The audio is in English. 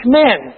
men